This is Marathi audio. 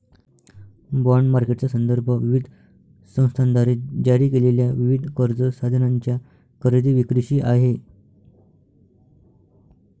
बाँड मार्केटचा संदर्भ विविध संस्थांद्वारे जारी केलेल्या विविध कर्ज साधनांच्या खरेदी विक्रीशी आहे